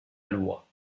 loi